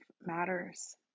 matters